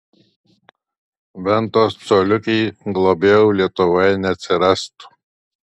ventos coliukei globėjų lietuvoje neatsirastų